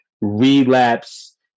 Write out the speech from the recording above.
relapse